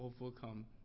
overcome